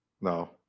No